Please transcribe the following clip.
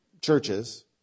churches